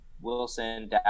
Wilson